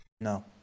No